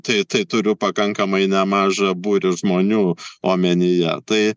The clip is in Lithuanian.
tai tai turiu pakankamai nemažą būrį žmonių omenyje tai